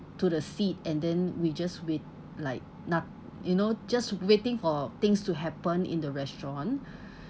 to the seat and then we just wait like not~ you know just waiting for things to happen in the restaurant